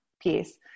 piece